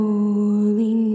Holy